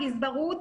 גזברות,